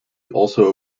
also